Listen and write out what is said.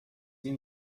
این